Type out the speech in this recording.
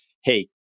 hey